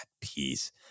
peace